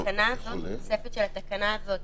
התוספת של התקנה הזאת,